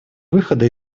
выхода